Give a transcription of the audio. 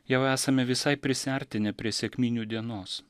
jau esame visai prisiartinę prie sekminių dienos